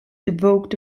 evoked